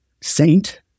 Saint